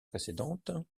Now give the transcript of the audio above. précédentes